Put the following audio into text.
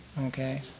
okay